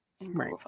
Right